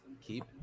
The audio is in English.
keep